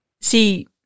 See